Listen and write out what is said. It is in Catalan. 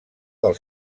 del